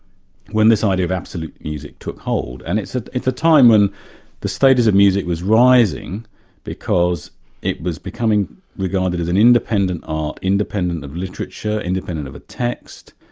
when this idea of absolute music took hold. and it's ah it's a time when the status of music was rising because it was becoming regarded as an independent art, independent of literature, independent of a text,